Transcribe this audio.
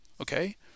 Okay